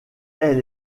elle